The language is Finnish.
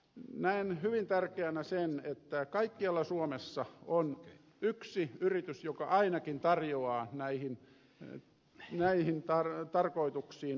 näen hyvin tärkeänä sen että kaikkialla suomessa on yksi yritys joka ainakin tarjoaa näihin tarkoituksiin urakoita